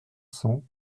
cents